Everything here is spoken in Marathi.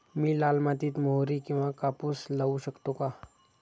मी लाल मातीत मोहरी किंवा कापूस लावू शकतो का?